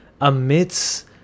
amidst